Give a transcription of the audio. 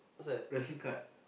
Russian card